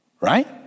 right